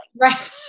Right